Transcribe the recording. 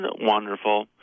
wonderful